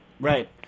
Right